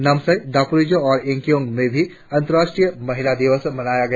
नामसाई दापोरिजो और यिंकियोंग में भी अंतर्राष्ट्रीय महिला दिवस मनाया गया